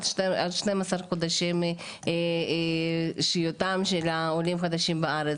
12 חודשים שהייתם של העולים החדשים בארץ,